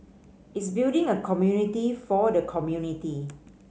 it's building a community for the community